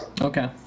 Okay